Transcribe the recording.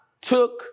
took